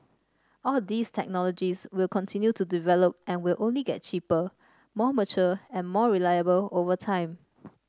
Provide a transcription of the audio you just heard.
all these technologies will continue to develop and will only get cheaper more mature and more reliable over time